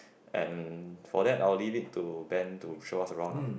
and for that I'll leave it to Ben to show us around ah